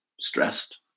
stressed